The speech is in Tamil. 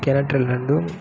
கிணற்றில் இருந்தும்